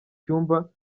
cyumba